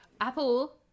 Apple